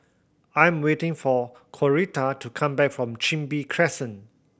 I'm waiting for Coretta to come back from Chin Bee Crescent